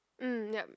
mm yup